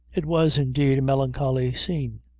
it was, indeed, a melancholy scene.